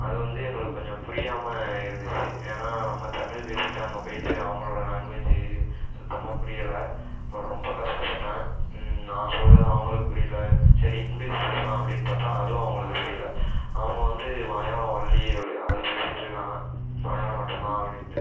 அது வந்து எங்களுக்கு கொஞ்சம் புரியாமல் இருந்துச்சு ஏன்னால் நம்ம தமிழ் பேசிட்டு அங்கே போயிட்டு அவங்களோட லாங்குவேஜி சுத்தமாக புரியல அப்போ ரொம்ப கஷ்டப்பட்டேன் நான் சொல்கிறது அவங்களுக்கு புரியலை சரி இங்கிலீஷ் பேசுலாம் அப்படின்னு பார்த்தா அதுவும் அவங்களுக்கு தெரியல அவங்க வந்து மலையாளம் ஒன்லி அப் அது பேசிகிட்டு இருக்காங்க மலையாளம் மட்டும் தான் அப்படின்ட்டு